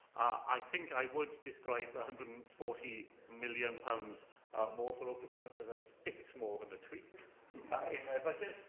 i think i would describe one hundred and forty million pounds more for local government as a bit more than a tweak in their budget,